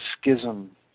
schism